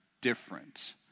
different